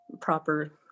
proper